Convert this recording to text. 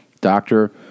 Doctor